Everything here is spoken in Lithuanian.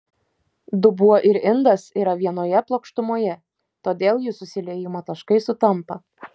dubuo ir indas yra vienoje plokštumoje todėl jų susiliejimo taškai sutampa